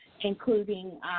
Including